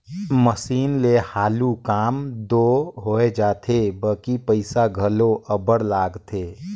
machine ले हालु काम दो होए जाथे बकि पइसा घलो अब्बड़ लागथे